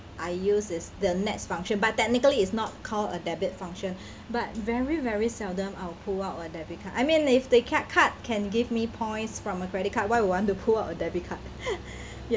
I use is the nets function but technically is not called a debit function but very very seldom I'll pull out a debit card I mean like if the card card can give me points from a credit card why would want to pull out a debit card ya